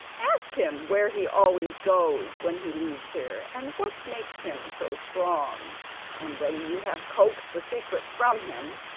ask him where he always goes when he leaves here, and what makes him so strong and when you have coaxed the secret from him,